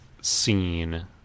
scene